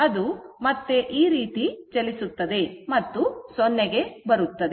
ಅದು ಮತ್ತೆ ಈ ರೀತಿ ಚಲಿಸುತ್ತದೆ ಮತ್ತು 0 ಕ್ಕೆ ಬರುತ್ತದೆ